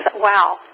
wow